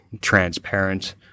transparent